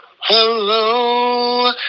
hello